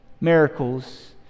miracles